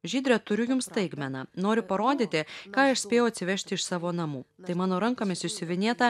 žydre turiu jums staigmeną noriu parodyti ką aš spėjau atsivežti iš savo namų tai mano rankomis išsiuvinėta